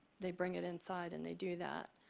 they bring it inside and they do that.